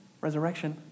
Resurrection